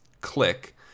click